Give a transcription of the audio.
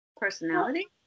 Personality